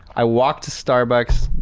i walk to starbucks